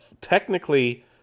technically